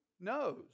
knows